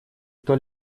кто